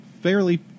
fairly